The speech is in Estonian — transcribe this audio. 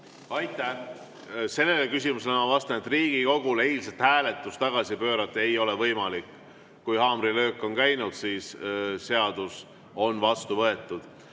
Aitäh! Sellele küsimusele ma vastan, et Riigikogul eilset hääletus tagasi pöörata ei ole võimalik. Kui haamrilöök on käinud, siis on seadus vastu võetud.